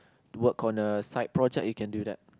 work on a side project you can do that